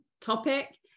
topic